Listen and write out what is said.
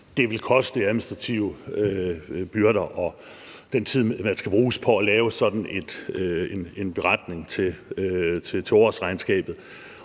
det vil koste i administrative byrder og på den tid, der skal bruges på at lave sådan en beretning til toårsregnskabet.